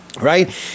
right